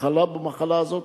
חלה במחלה הזאת,